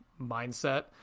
mindset